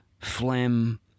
phlegm